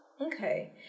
Okay